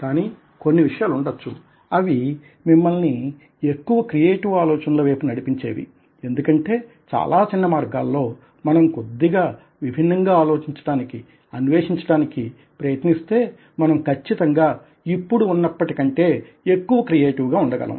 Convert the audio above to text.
కానీ కొన్ని విషయాలు వుండవచ్చు అవి మిమ్మల్ని ఎక్కువ క్రియేటివ్ ఆలోచనల వైపు నడిపించే వి ఎందుకంటే చాలా చిన్న మార్గాలలో మనం కొద్ది గా విభిన్నంగా ఆలోచించడానికీ అన్వేషించడానికీ ప్రయత్నిస్తే మనం కచ్చితంగా ఇప్పుడు ఉన్నప్పటికంటే ఎక్కువ క్రియేటివ్ గా వుండగలం